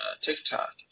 TikTok